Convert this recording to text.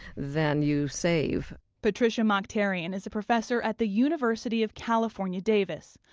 than you save patricia mokhtarian is a professor at the university of california davis.